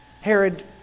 Herod